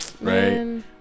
Right